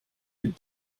had